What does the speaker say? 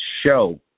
show